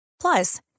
Plus